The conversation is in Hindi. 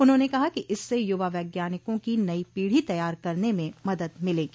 उन्होंने कहा कि इससे युवा वैज्ञानिकों की नई पीढ़ी तैयार करने में मदद मिलेगी